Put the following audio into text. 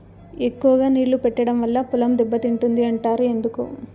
ఎక్కువగా నీళ్లు పెట్టడం వల్ల పొలం దెబ్బతింటుంది అంటారు ఎందుకు?